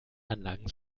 anlagen